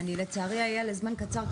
אני לצערי אהיה לזמן קצר,